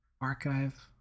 archive